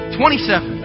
twenty-seven